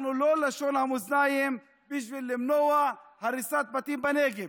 אנחנו לא לשון המאזניים בשביל למנוע הריסת בתים בנגב,